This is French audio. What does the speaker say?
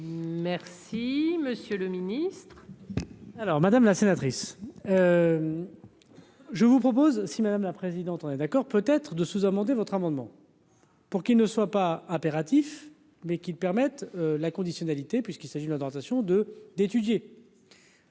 Merci monsieur le ministre. Alors, Madame la sénatrice, je vous propose, si madame la présidente, on est d'accord peut être de sous-amender votre amendement pour qu'il ne soit pas impératif, mais qui permettent la conditionnalité puisqu'il s'agit de la tentation de d'étudier.